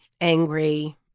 angry